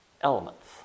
elements